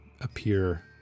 appear